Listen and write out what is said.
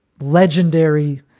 legendary